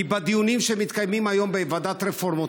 כי בדיונים שמתקיימים היום בוועדת הרפורמות